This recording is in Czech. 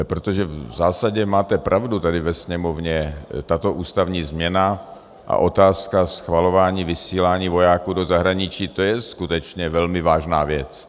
Protože v zásadě máte pravdu tady ve Sněmovně, tato ústavní změna a otázka schvalování vysílání vojáků do zahraničí, to je skutečně velmi vážná věc.